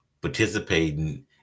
participating